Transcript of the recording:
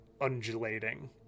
undulating